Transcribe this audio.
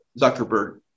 Zuckerberg